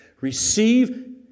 receive